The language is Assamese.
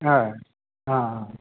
হয় অঁ অঁ